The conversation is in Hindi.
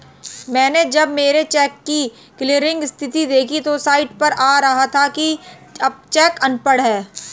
मैनें जब मेरे चेक की क्लियरिंग स्थिति देखी तो साइट पर आ रहा था कि चेक अनपढ़ है